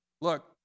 look